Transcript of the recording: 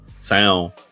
sound